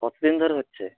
কত দিন ধরে হচ্ছে